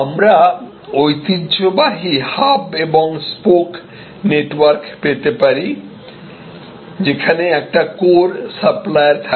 আমরা ঐতিহ্যবাহী হাব এবং স্পোক নেটওয়ার্ক পেতে পারি যেখানে একটি কোর সাপ্লায়ার থাকে